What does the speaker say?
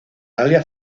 galia